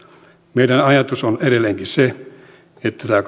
meidän ajatuksemme on edelleenkin se että tämä